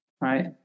right